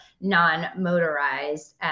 non-motorized